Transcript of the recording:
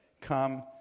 come